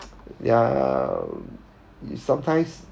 ya sometimes